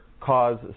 cause